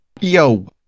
Yo